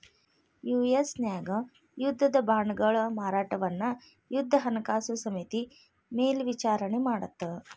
US ನ್ಯಾಗ ಯುದ್ಧದ ಬಾಂಡ್ಗಳ ಮಾರಾಟವನ್ನ ಯುದ್ಧ ಹಣಕಾಸು ಸಮಿತಿ ಮೇಲ್ವಿಚಾರಣಿ ಮಾಡತ್ತ